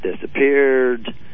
disappeared